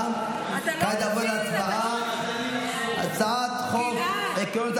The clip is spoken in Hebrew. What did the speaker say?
להצבעה על הצעת חוק, ברור.